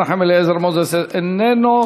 מנחם אליעזר מוזס, איננו.